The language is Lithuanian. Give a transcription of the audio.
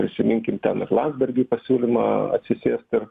prisiminkim ten landsbergiui pasiūlymą atsisėst